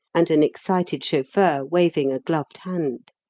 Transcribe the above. and an excited chauffeur waving a gloved hand.